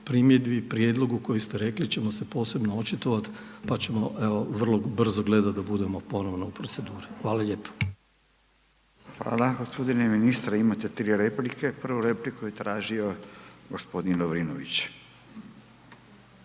primjedbi, prijedlogu koji ste rekli ćemo se posebno očitovati pa ćemo evo vrlo brzo gledati da budemo ponovno u proceduri. Hvala lijepo. **Radin, Furio (Nezavisni)** Hvala. Gospodine ministre imate 3 replike. Prvu repliku je tražio gospodin Lovrinović.